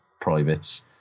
privates